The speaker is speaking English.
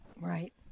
Right